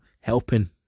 helping